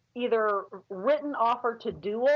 either written offer to duel